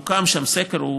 מוקם שם סכר,